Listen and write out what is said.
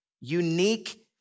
unique